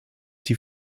die